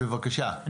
אני